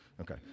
Okay